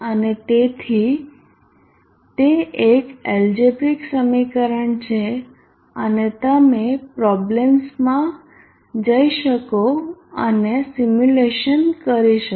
અને તેથી તે એક એલ્જેબ્રિક સમીકરણ છે અને તમે પ્રોબ્લેમ્સમાં જઈ શકો અને સિમ્યુલેશન કરી શકો